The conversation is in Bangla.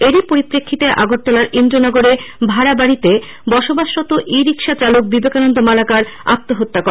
এরই পরিপ্রেক্ষিতে আগরতলার ইন্দ্রনগরে ভাড়া বাড়িতে বসবাসরত ই রিক্সা চালক বিবেকানন্দ মালাকার আত্মহত্যা করে